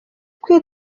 kwica